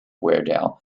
weardale